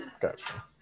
Gotcha